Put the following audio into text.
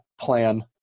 plan